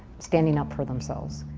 standing up for themselves,